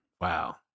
Wow